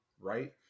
Right